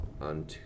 on